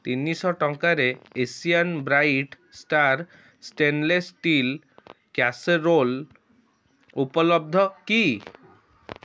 ତିନିଶହ ଟଙ୍କାରେ Asian bright star stainless steel casserole ଉପଲବ୍ଧ କି